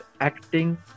acting